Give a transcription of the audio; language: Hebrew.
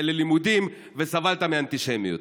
ללימודים וסבלת מאנטישמיות.